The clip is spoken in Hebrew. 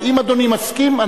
אבל אם אדוני מסכים,